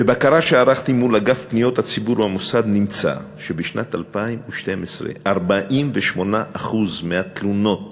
בבקרה שערכתי מול אגף פניות הציבור במוסד נמצא שבשנת 2012 48% מהתלונות